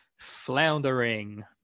Floundering